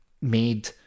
Made